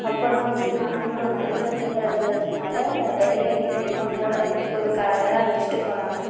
அப்போலாம் வந்து நாங்களும் நண்பர்களோட இருந்ததுனால் வெளில எங்கேயுமே அதிகமாக போகல அழைச்சிட்டு போனாங்க